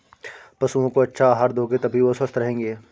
पशुओं को अच्छा आहार दोगे तभी वो स्वस्थ रहेंगे